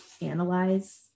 analyze